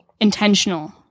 intentional